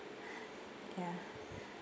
ya